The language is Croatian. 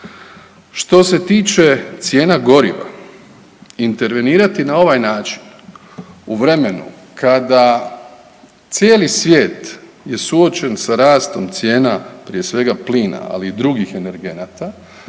Što se tiče cijena goriva intervenirati na ovaj način u vremenu kada cijeli svijet je suočen sa rastom cijena prije svega plina, ali i drugih energenata